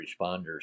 responders